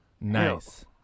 nice